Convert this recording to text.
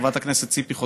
חברת הכנסת ציפי חוטובלי.